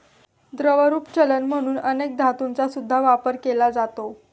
द्रवरूप चलन म्हणून अनेक धातूंचा सुद्धा वापर केला जातो